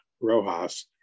Rojas